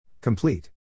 Complete